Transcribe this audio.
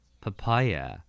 Papaya